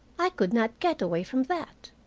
i could not get away from that.